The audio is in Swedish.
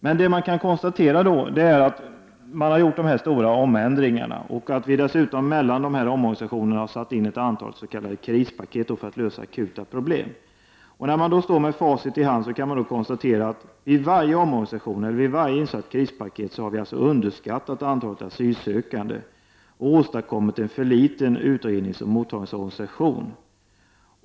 Vi kan konstatera att vi har genomfört dessa stora omändringar och att vi dessutom mellan omorganisationerna har satt in ett antal s.k. krispaket för att lösa akuta problem. När vi står med facit i hand kan vi konstatera att vi vid varje omorganisation och i samband med varje krispaket har underskattat antalet asylsökande och åstadkommit en för liten utredningsoch mottagningsorganisation.